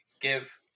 give